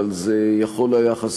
אבל זה יכול היה לקרות,